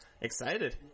Excited